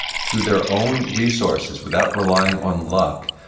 through their own resources, without relying on luck,